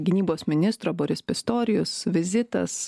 gynybos ministro boris pistorijus vizitas